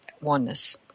oneness